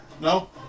no